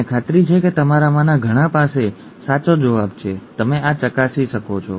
મને ખાતરી છે કે તમારામાંના ઘણા પાસે સાચો જવાબ છે તમે આ ચકાસી શકો છો